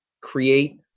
create